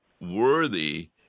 worthy